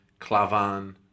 Clavan